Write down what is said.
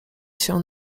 się